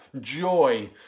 joy